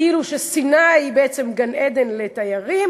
כאילו סיני היא בעצם גן-עדן לתיירים